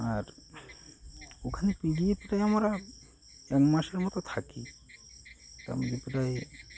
আর ওখানে পিরিয়ড প্রায় আমরা এক মাসের মতো থাকি তার ম প্রায়